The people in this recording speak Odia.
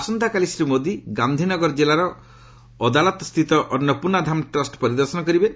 ଆସନ୍ତାକାଲି ଶ୍ରୀ ମୋଦି ଗାନ୍ଧିନଗର ଜିଲ୍ଲାର ଅଦାଲଜ ସ୍ଥିତ ଅନ୍ନପୂର୍ଣ୍ଣାଧାମ ଟ୍ରଷ୍ଟ ପରିଦର୍ଶନ କରିବେ